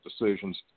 decisions